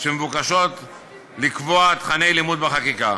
שמבקשות לקבוע תוכני לימוד בחקיקה.